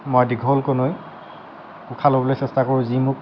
মই দীঘলকৈ লৈ মই উশাহ ল'বলৈ মই চেষ্টা কৰোঁ যি মোক